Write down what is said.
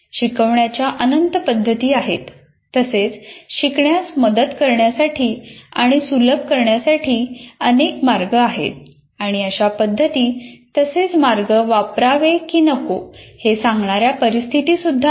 शिकवण्याच्या अनंत पद्धती आहेत तसेच शिकण्यास मदत करण्यासाठी आणि सुलभ करण्यासाठी अनेक मार्ग आहेत आणि अशा पद्धती तसेच मार्ग वापरावे की नको हे सांगणाऱ्या परिस्थिती सुद्धा आहेत